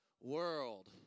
world